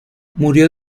murió